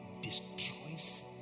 Destroys